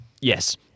yes